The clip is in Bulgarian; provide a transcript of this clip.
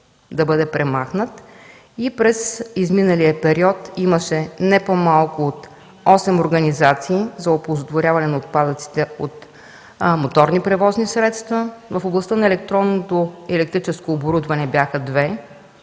През изминалия период имаше не по-малко от осем организации за оползотворяване на отпадъците от моторни превозни средства. В областта на електронното и електрическо оборудване бяха две